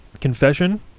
confession